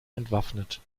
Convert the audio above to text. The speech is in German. entwaffnet